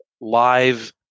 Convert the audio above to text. live